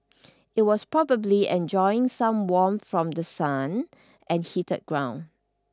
it was probably enjoying some warmth from the sun and heated ground